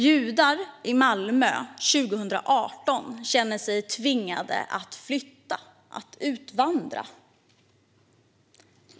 Judar i Malmö år 2018 känner sig tvingade att flytta, att utvandra.